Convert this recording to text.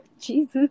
Jesus